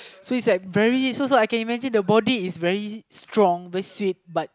so is it like very so so I can imagine the body is very strong very sweet but